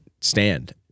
stand